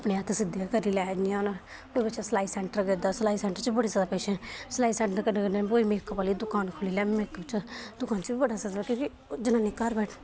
अपने हत्थ सिद्धे करी लै जियां हून कोई बच्चा सिलाई सेंटर करदा सिलाई सेंटर च बड़े जैदा पैसे ऐ सिलाई दे कन्नै मेकअप आह्ली दकान खोह्ल्ली लै मेकअप च बी बड़ा जैदा ऐ क्योंकि जनान्नी घर बैठे